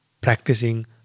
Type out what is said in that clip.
practicing